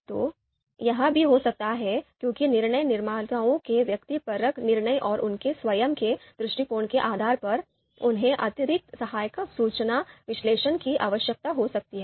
तो यह भी हो सकता है क्योंकि निर्णय निर्माताओं के व्यक्तिपरक निर्णय और उनके स्वयं के दृष्टिकोण के आधार पर उन्हें अतिरिक्त सहायक सूचना विश्लेषण की आवश्यकता हो सकती है